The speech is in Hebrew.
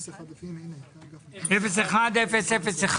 01001?